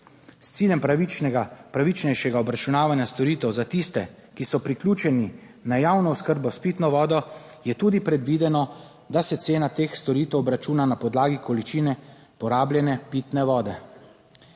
pravičnega, pravičnejšega obračunavanja storitev za tiste, ki so priključeni na javno oskrbo s pitno vodo, je tudi predvideno, da se cena teh storitev obračuna na podlagi količine porabljene pitne vode.